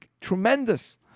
tremendous